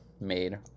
made